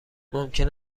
ممکن